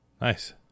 nice